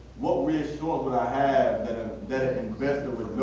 what reassurance would i have that an investor would